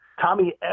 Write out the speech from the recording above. Tommy